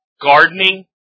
gardening